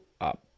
up